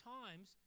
times